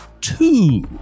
two